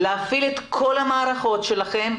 להפעיל את כל המערכות שלכם,